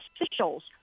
officials